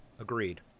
Agreed